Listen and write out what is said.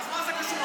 אז מה זה קשור?